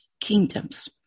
Kingdoms